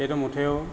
সেইটো মুঠেও